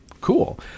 cool